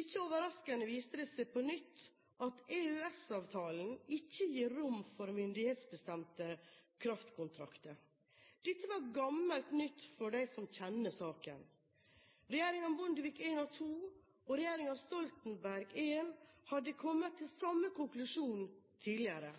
Ikke overraskende viste det seg på nytt at EØS-avtalen ikke gir rom for myndighetsbestemte kraftkontrakter. Dette var gammelt nytt for dem som kjenner saken. Regjeringene Bondevik I og II og regjeringen Stoltenberg I hadde kommet til samme konklusjon tidligere.